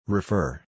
Refer